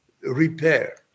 repair